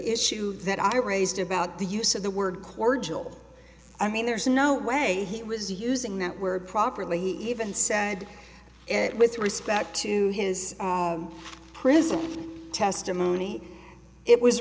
issue that i raised about the use of the word cordial i mean there's no way he was using that word properly he even said it with respect to his prison testimony it was